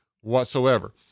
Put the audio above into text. whatsoever